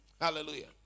Hallelujah